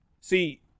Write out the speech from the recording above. See